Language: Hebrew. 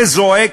וזועק,